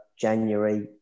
January